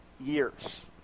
years